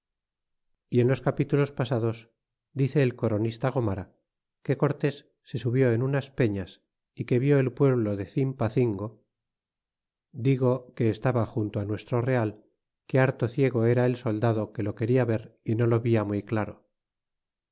y en los capítulos pasados dice el coronista gomara que cortés se subió en unas peñas y que vió el pueblo de cimpacingo digo que estaba junto nuestro real que harto ciego era el soldado que lo queda ver y no lo via muy claro